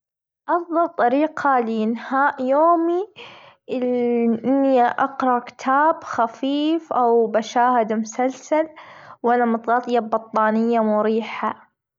أفظل طريقة لإنهاء يومي ال إني اقرأ كتاب خفيف، أو بشاهد مسلسل، وأنا متغطية بطانية مريحة.